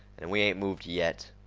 and we ain't moved yet.